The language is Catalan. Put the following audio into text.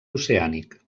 oceànic